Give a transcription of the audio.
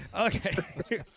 Okay